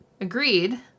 agreed